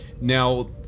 now